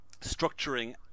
structuring